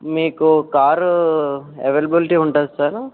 మీకు car availability ఉంటుందా sir